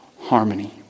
harmony